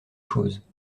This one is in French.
choses